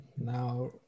now